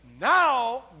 Now